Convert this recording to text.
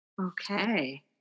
Okay